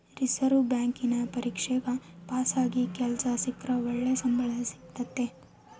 reserve ಬ್ಯಾಂಕಿನ ಪರೀಕ್ಷೆಗ ಪಾಸಾಗಿ ಕೆಲ್ಸ ಸಿಕ್ರ ಒಳ್ಳೆ ಸಂಬಳ ಸಿಕ್ತತತೆ